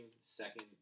second